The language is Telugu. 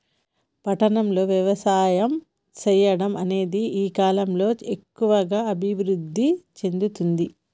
పట్టణం లో వ్యవసాయం చెయ్యడం అనేది ఈ కలం లో ఎక్కువుగా అభివృద్ధి చెందుతుంది